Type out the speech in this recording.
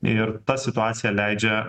ir ta situacija leidžia